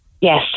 Yes